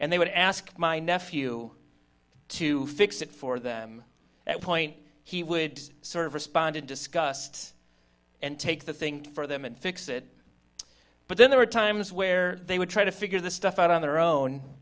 and they would ask my nephew to fix it for them that point he would sort of respond and discussed and take the thing for them and fix it but then there are times where they would try to figure this stuff out on their own